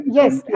yes